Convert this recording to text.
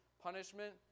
punishment